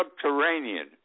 subterranean